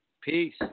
Peace